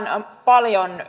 paljon